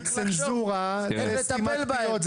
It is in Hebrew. וצנזורה זה סתימת פיות.